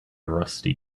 rusty